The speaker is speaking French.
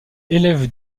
élève